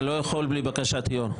אתה לא יכול בלי בקשת היו"ר.